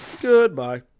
goodbye